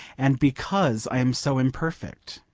and because i am so imperfect.